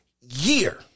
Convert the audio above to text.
year